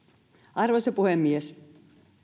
arvoisa puhemies